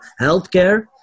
healthcare